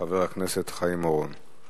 חבר הכנסת חיים אורון.